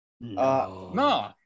No